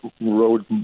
road